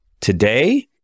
today